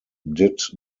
did